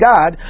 God